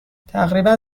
تقریبا